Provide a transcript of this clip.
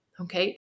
Okay